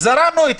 זרמנו אתך.